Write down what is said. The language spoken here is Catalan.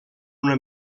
una